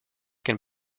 can